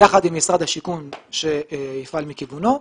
יחד עם משרד השיכון שיפעל מכיוונו.